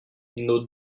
nos